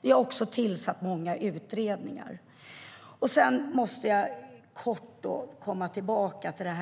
Vi har också tillsatt många utredningar. Jag måste kort komma tillbaka till